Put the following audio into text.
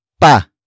pa